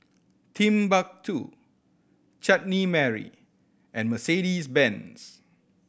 Timbuk Two Chutney Mary and Mercedes Benz